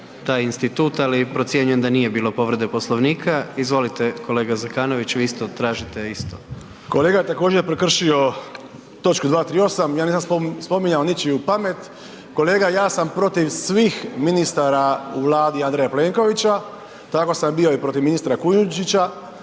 kolega, ja sam protiv svim ministara u Vladi Andreja Plenkovića, tako sam bio i protiv ministra Kujundžića,